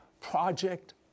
Project